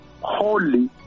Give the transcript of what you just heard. Holy